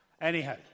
Anyhow